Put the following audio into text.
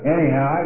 Anyhow